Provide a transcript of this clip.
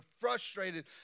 frustrated